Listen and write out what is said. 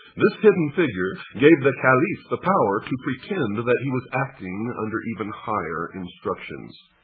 this hidden figure gave the caliph the power to pretend that he was acting under even higher instructions.